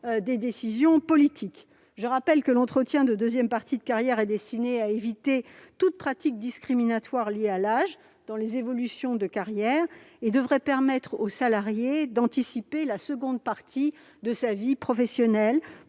décisions politiques. Je rappelle que l'entretien de seconde partie de carrière est destiné à éviter toute pratique discriminatoire liée à l'âge dans les évolutions de carrière et devrait permettre au salarié d'anticiper la seconde partie de sa vie professionnelle